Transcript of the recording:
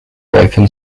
opened